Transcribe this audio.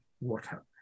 water